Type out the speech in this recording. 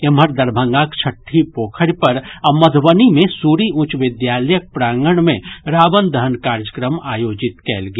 एम्हर दरभंगाक छट्ठी पोखरि पर आ मधुबनी मे सूरी उच्च विद्यालयक प्रांगण मे रावण दहन कार्यक्रम आयोजित कयल गेल